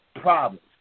problems